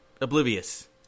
Oblivious